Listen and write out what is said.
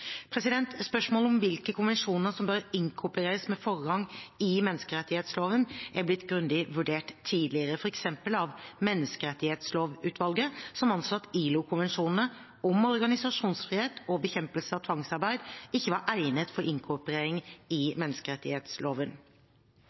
Spørsmålet om hvilke konvensjoner som bør inkorporeres med forrang i menneskerettsloven, er blitt grundig vurdert tidligere, f.eks. av Menneskerettighetslovutvalget, som anså at ILO- konvensjonene om organisasjonsfrihet og om bekjempelse av tvangsarbeid ikke var egnet for inkorporering i